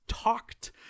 talked